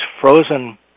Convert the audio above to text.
frozen